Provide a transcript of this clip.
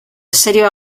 serioa